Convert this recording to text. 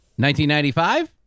1995